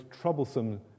troublesome